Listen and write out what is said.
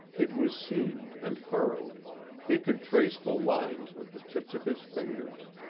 it was seamed and furrowed he could trace the lines with the tips of his fingers.